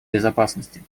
безопасности